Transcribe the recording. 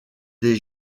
des